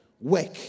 Work